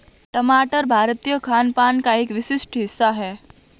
टमाटर भारतीय खानपान का एक विशिष्ट हिस्सा है